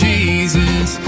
Jesus